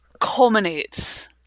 culminates